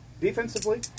defensively